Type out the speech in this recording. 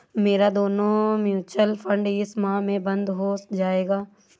मेरा दोनों mutual fund इस माह में बंद हो जायेगा